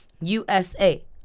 USA